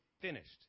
finished